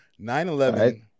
9-11